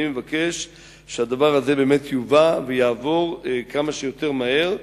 אני מבקש שהדבר הזה יובא ויעבור כמה שיותר מהר,